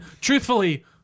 Truthfully